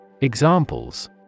Examples